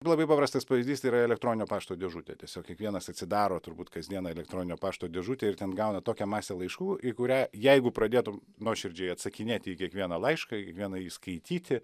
labai paprastas pavyzdys yra elektroninio pašto dėžutė tiesiog kiekvienas atsidaro turbūt kasdien elektroninio pašto dėžutę ir ten gauna tokią masę laiškų į kurią jeigu pradėtum nuoširdžiai atsakinėt į kiekvieną laišką kiekvieną jį skaityti